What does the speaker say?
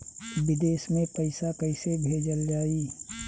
विदेश में पईसा कैसे भेजल जाई?